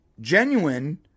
genuine